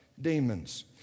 demons